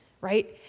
right